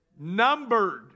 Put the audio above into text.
numbered